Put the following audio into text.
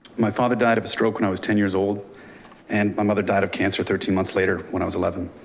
my father died of a stroke when i was ten years old and my mother died of cancer. thirteen months later when i was eleven,